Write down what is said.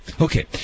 Okay